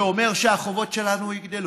זה אומר שהחובות שלנו יגדלו.